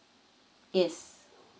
yes